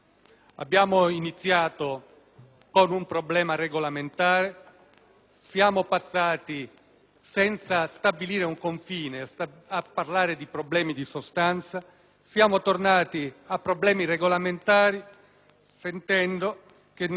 siamo passati, senza stabilire un confine, a parlare di problemi di sostanza; siamo tornati a problemi regolamentari, sentendo dire che nemmeno l'ordine del giorno (e non solo la sospensiva) sarebbe